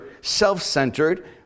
self-centered